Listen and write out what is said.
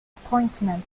appointment